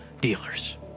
dealers